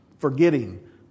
forgetting